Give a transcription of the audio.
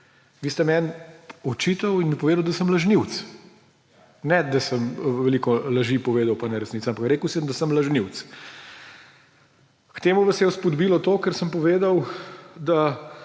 Vi ste meni očitali in mi povedali, da sem lažnivec. Ne, da sem veliko laži povedal in neresnic, ampak rekli ste, da sem lažnivec. K temu vas je spodbudilo to, ker sem povedal, da